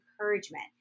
encouragement